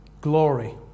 glory